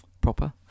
proper